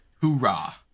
Hoorah